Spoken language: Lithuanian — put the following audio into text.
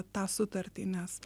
tą sutartį nes